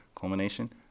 culmination